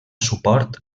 suport